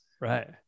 Right